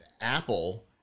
Apple